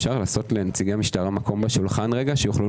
רגע.